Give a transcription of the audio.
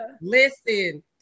Listen